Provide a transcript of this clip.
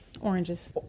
Oranges